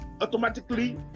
automatically